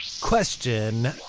question